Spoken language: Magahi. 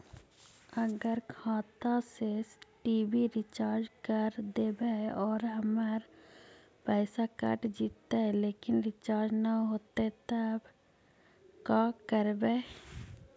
अगर खाता से टी.वी रिचार्ज कर देबै और हमर पैसा कट जितै लेकिन रिचार्ज न होतै तब का करबइ?